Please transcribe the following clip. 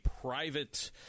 private